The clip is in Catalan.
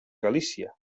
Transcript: galícia